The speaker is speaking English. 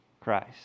Christ